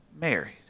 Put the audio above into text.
married